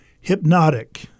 Hypnotic